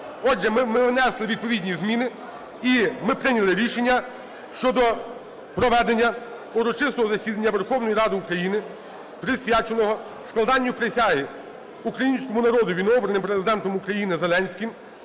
Отже, ми внесли відповідні зміни, і ми прийняли рішення щодо проведення урочистого засідання Верховної Ради України, присвяченого складанню присяги Українському народові новообраним Президентом України Зеленським,